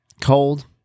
cold